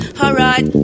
alright